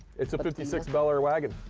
it's a fifty six bel air wagon.